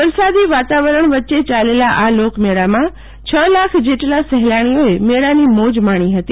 વરસાદી વાતાવરણ વચ્ચે ચાલેલા અને લોકમેળામાં છ લાખ જેટલા સહેલાણીએ મેળાની મોજ માણી હતી